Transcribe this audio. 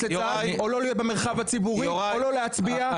לצה"ל או לא להיות במרחב הציבורי או לא להצביע?